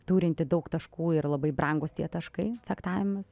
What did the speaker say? turinti daug taškų ir labai brangūs tie taškai fechtavimas